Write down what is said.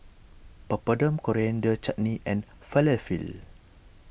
Papadum Coriander Chutney and Falafel